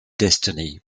destiny